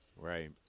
Right